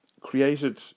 created